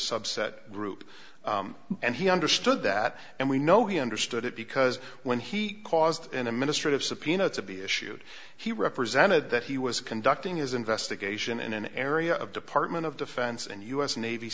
subset group and he understood that and we know he understood it because when he caused an administrative subpoena to be issued he represented that he was conducting his investigation in an area of department of defense and u s navy